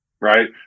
right